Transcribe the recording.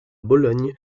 bologne